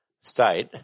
state